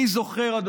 אני זוכר היטב,